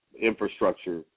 infrastructure